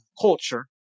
culture